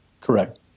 Correct